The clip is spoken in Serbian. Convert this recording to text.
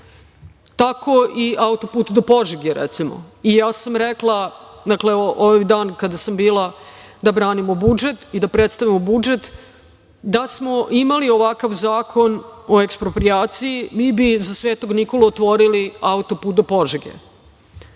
Tako i auto-put do Požege, recimo, i ja sam rekla, onaj dan kada sam bila da branimo budžet i da predstavimo budžet, da smo imali ovakav Zakon o eksproprijaciji mi bi za Svetog Nikolu otvorili auto-put do Požege.